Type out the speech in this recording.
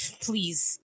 please